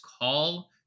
Call –